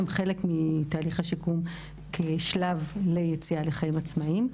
הן חלק מתהליך השיקום כשלב ליציאה לחיים עצמאיים.